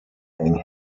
thing